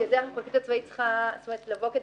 בגלל זה הפרקליטות הצבאית צריכה לבוא לכאן